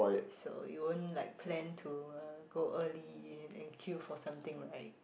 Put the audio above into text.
so you won't like plan to uh go early and queue for something right